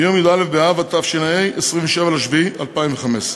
מיום ‏י"א באב התשע"ה, 27 ביולי 2015: